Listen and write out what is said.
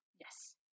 Yes